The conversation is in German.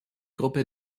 gruppe